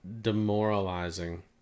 demoralizing